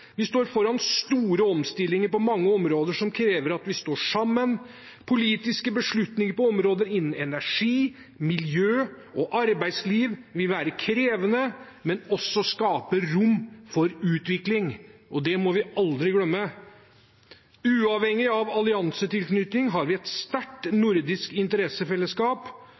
Vi står foran store omstillinger på mange områder som krever at vi står sammen. Politiske beslutninger på områder innenfor energi, miljø og arbeidsliv vil være krevende, men også skape rom for utvikling. Det må vi aldri glemme. Uavhengig av alliansetilknytning har vi et sterkt nordisk interessefellesskap,